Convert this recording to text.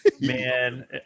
man